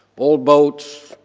old boats,